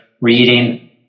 reading